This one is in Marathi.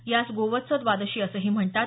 यास गोवत्स द्वादशी असेही म्हणतात